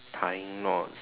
tying knots